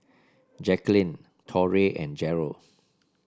Jacquelyn Torrey and Jarrell